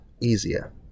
easier